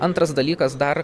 antras dalykas dar